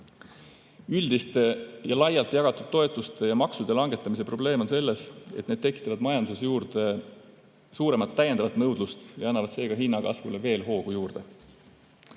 Üldiste ja laialt jagatavate toetuste ning maksude langetamise probleem on selles, et need tekitavad majanduses juurde suuremat täiendavat nõudlust ja sellega annavad hinnakasvule hoogu juurde.